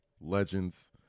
Legends